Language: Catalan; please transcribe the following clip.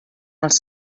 els